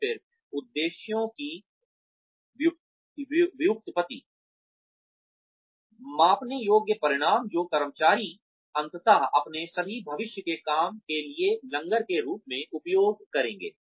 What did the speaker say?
और फिर उद्देश्यों की व्युत्पत्ति मापने योग्य परिणाम जो कर्मचारी अंततः अपने सभी भविष्य के काम के लिए लंगर के रूप में उपयोग करेंगे